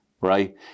right